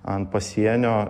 ant pasienio